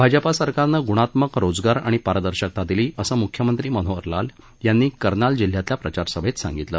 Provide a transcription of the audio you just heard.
भाजपा सरकारनं गुणात्मक रोजगार आणि पारदर्शकता दिली असं मुख्यमंत्री मनोहर लाल यांनी कर्नाल जिल्ह्यातल्या प्रचारसभेत सांगितलं